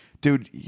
Dude